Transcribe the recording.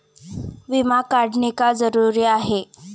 विमा काढणे का जरुरी आहे?